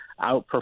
outperform